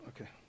okay